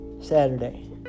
Saturday